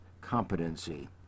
competency